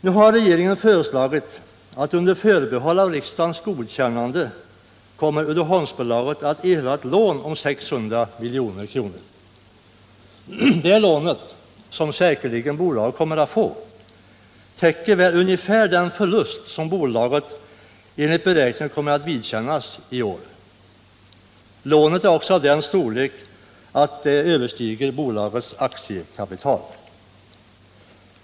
Nu har regeringen föreslagit, under förbehåll av riksdagens godkännande, att Uddeholmsbolaget skall få ett lån på 600 milj.kr. Det lånet, som bolaget säkerligen erhåller, täcker väl ungefär den förlust som bolaget enligt beräkning kommer att vidkännas i år. Lånet är också av den storleken att det överstiger bolagets aktiekapital.